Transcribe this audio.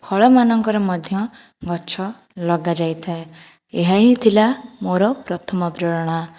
ଫଳମାନଙ୍କର ମଧ୍ୟ ଗଛ ଲଗା ଯାଇଥାଏ ଏହାହିଁ ଥିଲା ମୋର ପ୍ରଥମ ପ୍ରେରଣା